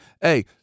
hey